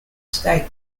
state